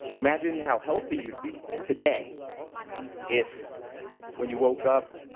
imagine how healthy you'd be today if when you woke up,